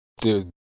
Dude